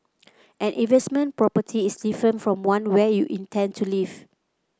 an investment property is different from one where you intend to live